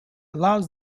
allows